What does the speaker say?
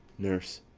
nurse.